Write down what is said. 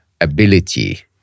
ability